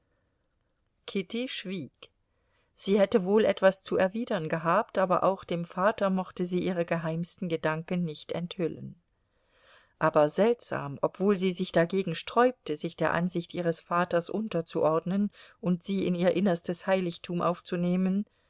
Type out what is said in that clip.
kitty schwieg sie hätte wohl etwas zu erwidern gehabt aber auch dem vater mochte sie ihre geheimsten gedanken nicht enthüllen aber seltsam obwohl sie sich dagegen sträubte sich der ansicht ihres vaters unterzuordnen und sie in ihr innerstes heiligtum aufzunehmen